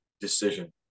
decision